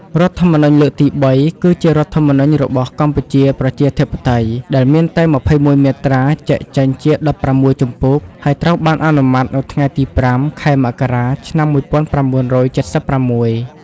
រដ្ឋធម្មនុញ្ញលើកទី៣ គឺជារដ្ឋធម្មនុញ្ញរបស់កម្ពុជាប្រជាធិបតេយ្យដែលមានតែ ២១មាត្រា ចែកចេញជា ១៦ជំពូក ហើយត្រូវបានអនុម័តនៅថ្ងៃទី៥ ខែមករា ឆ្នាំ១៩៧៦។